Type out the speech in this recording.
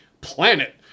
planet